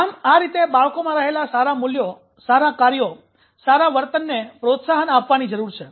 આમ આ રીતે બાળકોમાં રહેલા સારા મૂલ્યો સારા કાર્યો સારા વર્તનને પ્રોત્સાહન આપવાની જરૂર છે